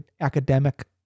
academic